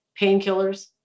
painkillers